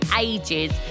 ages